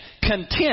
Content